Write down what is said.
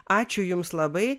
ačiū jums labai